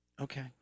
Okay